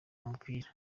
umupira